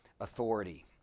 authority